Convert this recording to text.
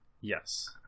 Yes